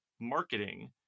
marketing